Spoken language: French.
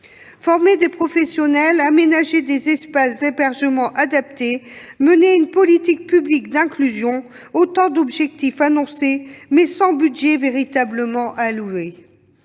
Former des professionnels, aménager des espaces d'hébergement adaptés, mener une politique publique d'inclusion sont autant d'objectifs annoncés, mais sans budget véritablement alloué.